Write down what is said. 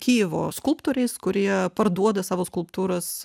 kijevo skulptoriais kurie parduoda savo skulptūras